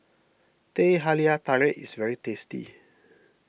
Teh Halia Tarik is very tasty